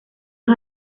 los